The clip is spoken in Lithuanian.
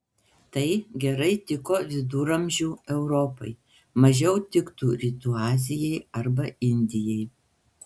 tai gerai tiko viduramžių europai mažiau tiktų rytų azijai arba indijai